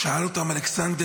שאל אותם אלכסנדר: